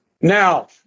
now